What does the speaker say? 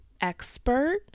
expert